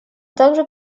также